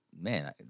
man